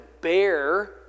bear